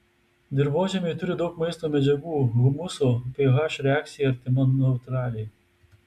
dirvožemiai turi daug maisto medžiagų humuso ph reakcija artima neutraliai